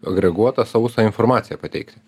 agreguotą sausą informaciją pateikti